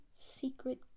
secret